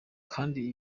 kandi